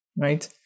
right